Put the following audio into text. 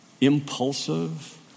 Impulsive